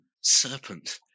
serpent